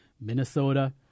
Minnesota